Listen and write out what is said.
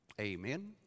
Amen